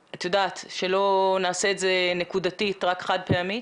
שלא נעשה את זה נקודתי ורק חד פעמית.